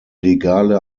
legale